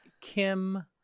Kim